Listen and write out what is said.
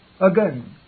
again